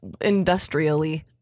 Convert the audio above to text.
industrially